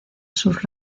sus